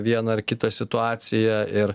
vieną ar kitą situaciją ir